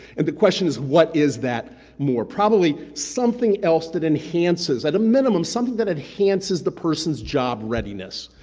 and the question is, what is that more? probably something else that enhances, at a minimum, something that enhances the person's job readiness.